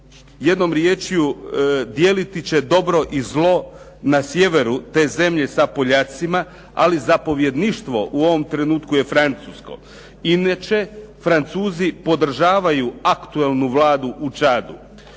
jednom riječju, dijeliti će dobro i zlo na sjeveru te zemlje sa Poljacima, ali zapovjedništvo u ovom trenutku je francusko. Inače, Francuzi podržavaju aktualnu vladu u Čadu.